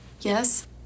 Yes